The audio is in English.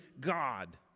God